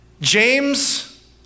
James